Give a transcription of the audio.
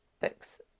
books